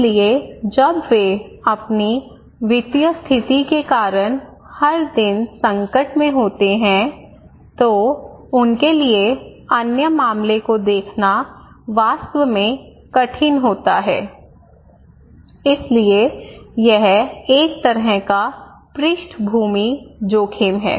इसलिए जब वे अपनी वित्तीय स्थिति के कारण हर दिन संकट में होते हैं तो उनके लिए अन्य मामले को देखना वास्तव में कठिन होता है इसलिए यह एक तरह का पृष्ठभूमि जोखिम है